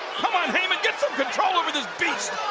come on, heyman, get some control over this beast.